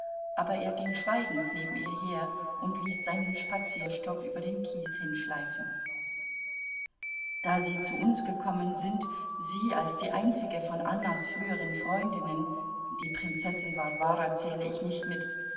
aber er ging schweigend neben ihr her und ließ seinen spazierstock über den kies hinschleifen da sie zu uns gekommen sind sie als die einzige von annas früheren freundinnen die prinzessin warwara zähle ich nicht mit